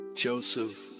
Joseph